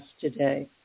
today